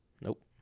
Nope